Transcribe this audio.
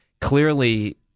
clearly